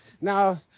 Now